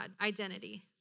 identity